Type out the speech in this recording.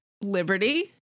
Liberty